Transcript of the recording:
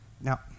Now